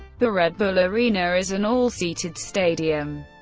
the red bull arena is an all-seated stadium,